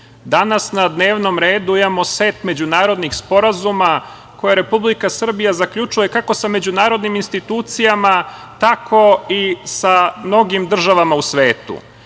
danas na dnevnom redu imamo set međunarodnih sporazuma koje Republika Srbija zaključuje, kako sa međunarodnim institucijama tako i sa mnogim državama u svetu.